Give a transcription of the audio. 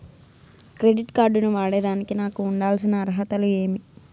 Credit card ను వాడేదానికి నాకు ఉండాల్సిన అర్హతలు ఏమి?